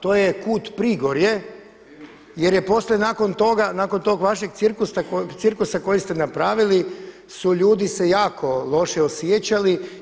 To je KUD Prigorje jer je poslije toga, nakon tog vašeg cirkusa koji ste napravili su ljudi se jako loše osjećali.